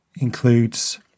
includes